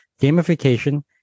Gamification